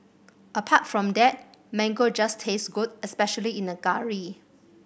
apart from that mango just tastes good especially in a curry